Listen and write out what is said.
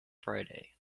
friday